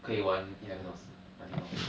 可以玩一两个小时 I think not bad